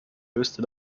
löste